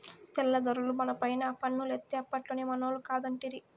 తెల్ల దొరలు మనపైన పన్నులేత్తే అప్పట్లోనే మనోళ్లు కాదంటిరి